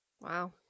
Wow